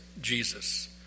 Jesus